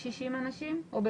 אנחנו 17 אחים ואחיות,